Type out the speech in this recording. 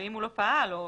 אם הוא לא פעל או